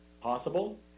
possible